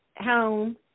home